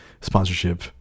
sponsorship